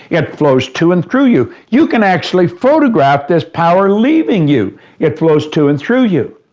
it flows to and through you. you can actually photograph this power leaving you it flows to and through you.